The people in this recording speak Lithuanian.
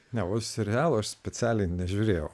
neva serialų aš specialiai nežiūrėjau